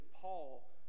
Paul